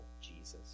Jesus